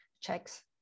checks